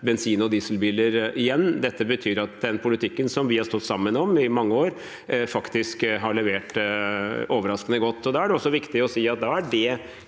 bensineller dieselbiler. Dette betyr at den politikken som vi har stått sammen om i mange år, har levert overraskende godt. Da er det også viktig å si at det